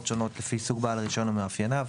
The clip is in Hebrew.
שונות לפי סוג בעל הרישיון ומאפייניו".